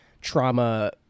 trauma